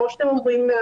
כמו שאתם אומרים,